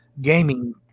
gaming